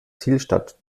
zielstadt